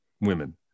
women